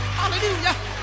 hallelujah